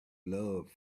love